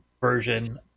version